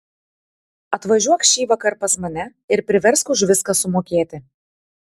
atvažiuok šįvakar pas mane ir priversk už viską sumokėti